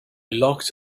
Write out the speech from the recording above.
locked